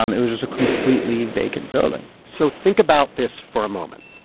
um it was just a completely vacant building so think about this for a moment.